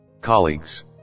colleagues